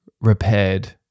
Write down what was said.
repaired